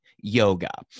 yoga